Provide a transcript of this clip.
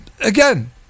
Again